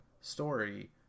story